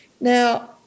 Now